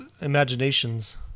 imaginations